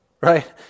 Right